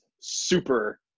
super